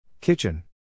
Kitchen